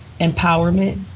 empowerment